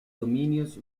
dominios